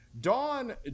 Dawn